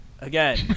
Again